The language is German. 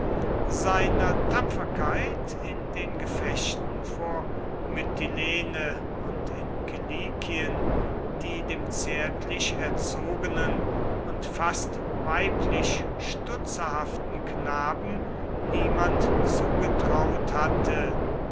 seiner tapferkeit in den gefechten vor mytilene und in kilikien die dem zärtlich erzogenen und fast weiblich stutzerhaften knaben niemand zugetraut hatte